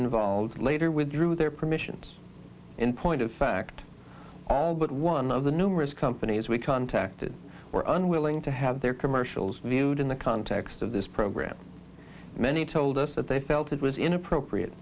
involved later withdrew their permissions in point of fact all but one of the numerous companies we contacted were unwilling to have their commercials viewed in the context of this program many told us that they felt it was inappropriate